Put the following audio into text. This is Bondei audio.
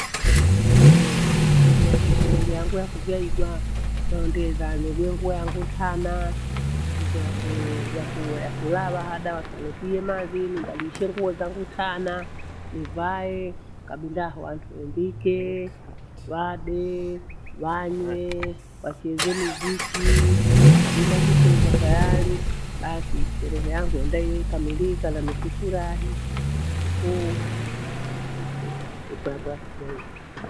Ehe! shehe sherehe yangu yakuzaigwa hondeza ningwe nguo yangu tana. Siku yakuu yakuu yakulalwa hada wakanitie mathi nibadilishe nguo zangu tanaa. Nivae kabindaha wandu wembikee, wadee, wanywee, wacheze miziki, wakabinda kucheza tayari basi sherehe yangu enda iwe ikamilika, namikifurahi nashukuru. Siku yangu yakuzaigwa.